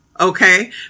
okay